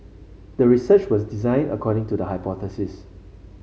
the research was designed according to the hypothesis